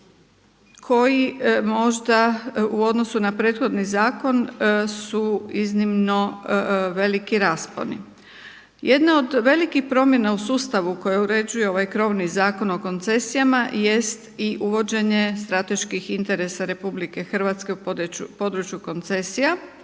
koji možda u odnosu na prethodni zakon su iznimno veliki rasponi. Jedne od velikih promjena u sustavu koje uređuje ovaj krovni Zakon o koncesijama jest i uvođenje strateških interesa RH u području koncesija.